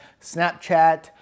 Snapchat